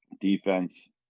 defense